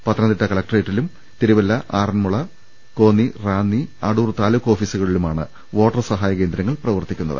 പത്തനംതിട്ട കലക്ട്രേറ്റിലും തിരുവല്ല ആറന്മുള കോന്നി റാന്നി അടൂർ താലൂക്ക് ഓഫീസുകളിലുമാണ് വോട്ടർ സഹായ കേന്ദ്രങ്ങൾ പ്രവർത്തിക്കുന്നത്